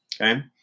okay